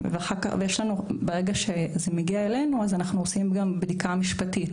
ברגע שזה מגיע אלינו אנחנו עושים בדיקה משפטית,